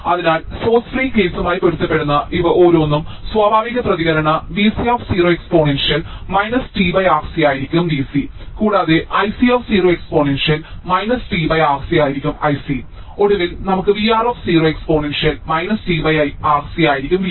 അതിനാൽ source free കേസുമായി പൊരുത്തപ്പെടുന്ന ഇവ ഓരോന്നും സ്വാഭാവിക പ്രതികരണം Vc എക്സ്പോണൻഷ്യൽ tRC ആയിരിക്കും Vc കൂടാതെ Ic എക്സ്പോണൻഷ്യൽ tRC ആയിരിക്കും I c ഒടുവിൽ നമുക്ക് VR എക്സ്പോണൻഷ്യൽ tRC ആയിരിക്കും VR